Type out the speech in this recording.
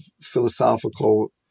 philosophical